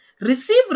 receive